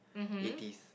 eighties